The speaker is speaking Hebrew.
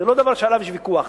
זה לא דבר שיש עליו ויכוח,